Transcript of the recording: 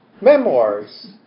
memoirs